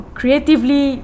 creatively